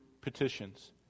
petitions